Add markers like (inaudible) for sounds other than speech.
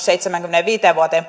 (unintelligible) seitsemänkymmenenviiden vuoden (unintelligible)